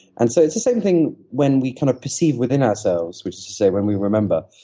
and so it's the same thing when we kind of perceive within ourselves, which is to say when we remember,